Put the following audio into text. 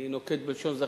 אני נוקט לשון "זכיתי"